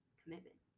commitment